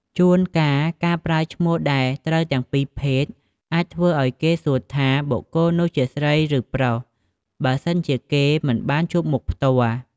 ជួនកាលការប្រើឈ្មោះដែលត្រូវទាំងពីរភេទ អាចធ្វើឱ្យគេសួរថាបុគ្គលនោះជាស្រី ឬ ប្រុស បើសិនជាគេមិនបានជួបមុខផ្ទាល់។